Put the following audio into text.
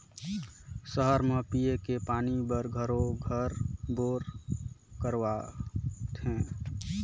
सहर म पिये के पानी बर घरों घर बोर करवावत हें